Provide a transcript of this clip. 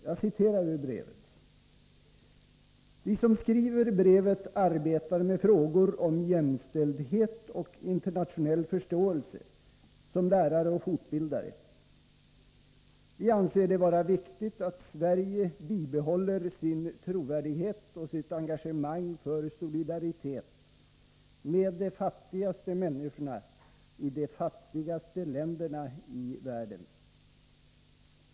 Jag citerar ur brevet: ”Vi som skriver brevet arbetar med frågor om Jämställdhet och Internationell Förståelse som lärare och fortbildare. Vi anser det vara viktigt att Sverige bibehåller sin trovärdighet och sitt engagemang för solidaritet med de fattigaste människorna i de fattigaste länderna i världen.